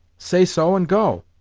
say so and go